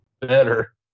Better